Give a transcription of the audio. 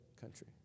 country